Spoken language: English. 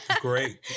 great